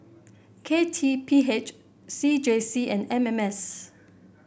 K T P H C J C and M M S